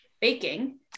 baking